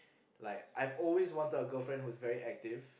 like I've always wanted a girlfriend who is very active